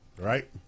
right